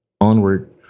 onward